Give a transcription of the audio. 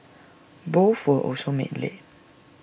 both were also made late